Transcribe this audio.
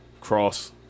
cross